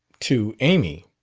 to amy.